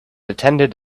attended